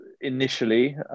initially